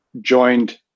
joined